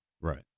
Right